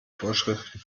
vorschriften